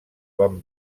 van